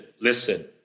listen